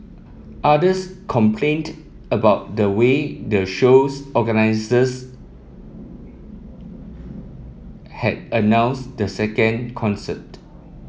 others complained about the way their show's organisers had announced the second concert